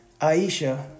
Aisha